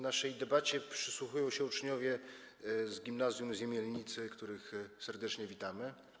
Naszej debacie przysłuchują się uczniowie z gimnazjum w Jemielnicy, których serdecznie witamy.